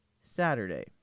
Saturday